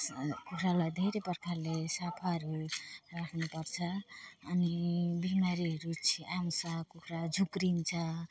कुखुरालाई धेरै प्रकारले सफाहरू राख्नु पर्छ अनि बिमारीहरू छि आउँछ कुखुरा झुक्रिन्छ